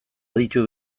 aditu